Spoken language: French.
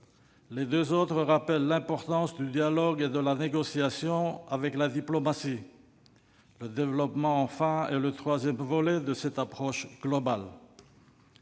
Les deux autres rappellent l'importance du dialogue et de la négociation au travers de la « diplomatie ». Le « développement », enfin, est le troisième volet de cette approche globale.